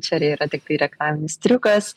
čia ar yra tiktai reklaminis triukas